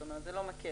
זאת אומרת זה לא מקל.